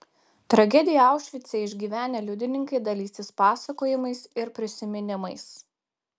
tragediją aušvice išgyvenę liudininkai dalysis pasakojimais ir prisiminimais